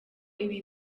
ibi